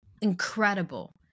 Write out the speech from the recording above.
Incredible